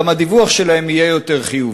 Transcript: גם הדיווח שלהם יהיה יותר חיובי.